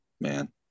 man